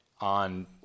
on